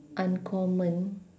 uncommon